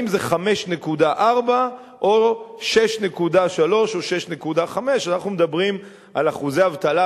אם זה 5.4 או 6.3 או 6.5. אנחנו מדברים על אחוזי אבטלה,